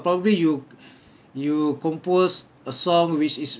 probably you you compose a song which is